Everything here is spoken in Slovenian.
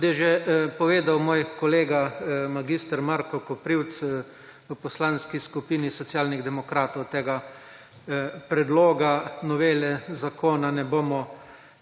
Kot je že povedal moj kolega mag. Marko Koprivc v Poslanski skupini Socialnih demokratov tega predloga novele zakona ne bomo